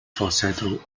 falsetto